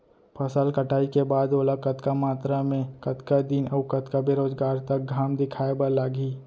फसल कटाई के बाद ओला कतका मात्रा मे, कतका दिन अऊ कतका बेरोजगार तक घाम दिखाए बर लागही?